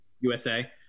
usa